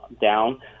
down